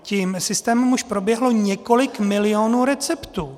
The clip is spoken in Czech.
Tím systémem už proběhlo několik milionů receptů.